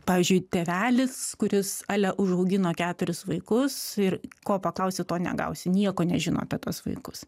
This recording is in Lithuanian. pavyzdžiui tėvelis kuris a la užaugino keturis vaikus ir ko paklausi to negausi nieko nežino apie tuos vaikus